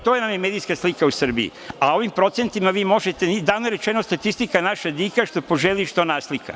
To nam je medijska slika u Srbiji, a ovim procentima vi možete, davno je rečeno – statistika, naša dika, što poželi i što naslika.